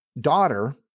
daughter